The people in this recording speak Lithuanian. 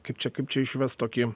kaip čia kaip čia išvest tokį